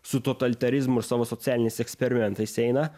su totalitarizmu ir savo socialiniais eksperimentais eina